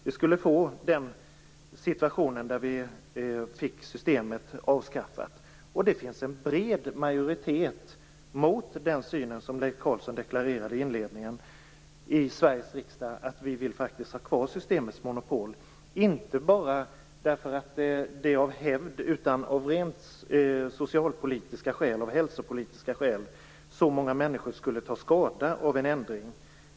Vi skulle få den situationen att Systembolaget blev avskaffat. Det finns en bred majoritet i Sveriges riksdag mot den syn som Leif Carlson deklarerade i inledningen. Vi vill faktiskt ha kvar Systembolagets monopol, inte bara av hävd utan av rent socialpolitiska och hälsopolitiska skäl. Många människor skulle ta skada av en ändring.